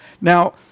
Now